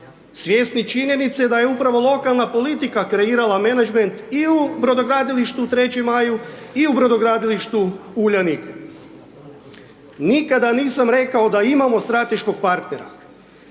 svjesni činjenice da je upravo lokalna politika kreirala menadžment i u brodogradilištu u Trećem maju i u brodogradilištu Uljanik. Nikada nisam rekao da imamo strateškog partnera.